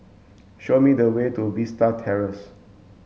show me the way to Vista Terrace